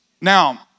Now